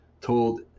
told